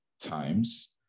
times